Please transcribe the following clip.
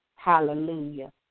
Hallelujah